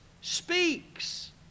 speaks